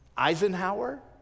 Eisenhower